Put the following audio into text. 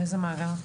איזה מאגר?